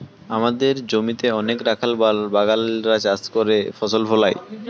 আমাদের জমিতে অনেক রাখাল বাগাল রা চাষ করে ফসল ফলায়